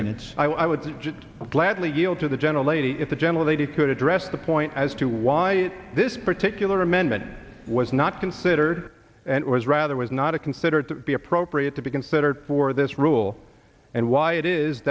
minutes i would gladly yield to the gentle lady if the general they did could address the point as to why this particular amendment was not considered and was rather was not a considered to be appropriate to be considered for this rule and why it is